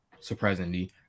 surprisingly